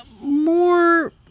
more